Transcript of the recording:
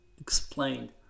explain